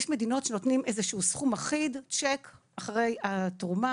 יש מדינות שנותנות איזשהו סכום אחיד שיק אחרי התרומה,